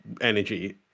energy